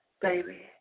Baby